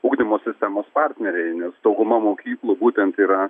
ugdymo sistemos partneriai nes dauguma mokyklų būtent yra